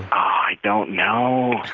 i don't know